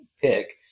pick